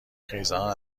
خیزران